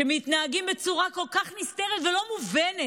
שמתנהגים בצורה כל כך נסתרת ולא מובנת?